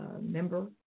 member